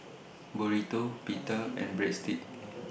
Burrito Pita and Breadsticks